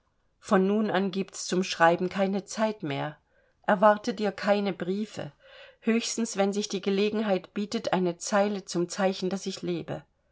von nun an giebt's zum schreiben keine zeit mehr erwarte dir keine briefe höchstens wenn sich die gelegenheit bietet eine zeile zum zeichen daß ich lebe